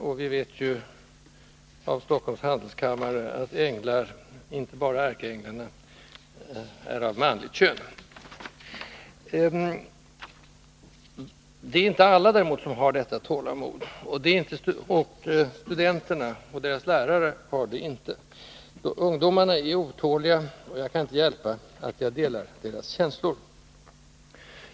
Och vi vet ju genom Stockholms Handelskammare att änglar, inte bara ärkeänglarna, är av manligt kön. Det är emellertid inte alla som har detta tålamod, och många av studenterna och deras lärare har det inte. Ungdomarna är otåliga, och jag delar deras känslor.